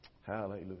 Hallelujah